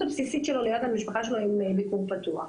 הבסיסית שלו להיות עם המשפחה שלו עם ביקור פתוח.